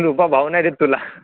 रुपा भाव नाही देत तुला